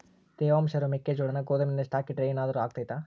ತೇವಾಂಶ ಇರೋ ಮೆಕ್ಕೆಜೋಳನ ಗೋದಾಮಿನಲ್ಲಿ ಸ್ಟಾಕ್ ಇಟ್ರೆ ಏನಾದರೂ ಅಗ್ತೈತ?